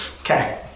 Okay